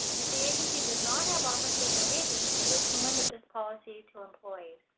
if the agency does not have officers or agents, they can limit this policy to employees.